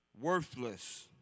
worthless